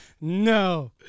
No